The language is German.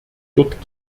dort